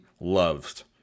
loved